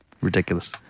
ridiculous